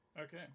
Okay